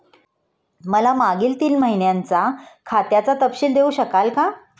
मला मागील तीन महिन्यांचा खात्याचा तपशील देऊ शकाल का?